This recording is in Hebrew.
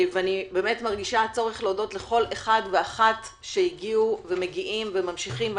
ואני מרגישה צורך להודות לכל אחד ואחת שהגיעו שמגיעים וממשיכים,